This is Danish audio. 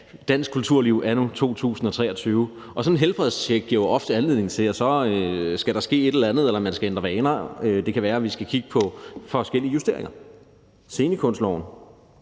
dansk kulturliv anno 2023, og sådan et helbredstjek giver jo ofte anledning til, at der så skal ske et eller andet, eller at man skal ændre vaner. Det kan være, vi skal kigge på forskellige justeringer – scenekunstloven